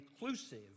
inclusive